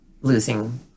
losing